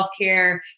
healthcare